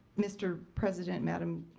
mr. president, madame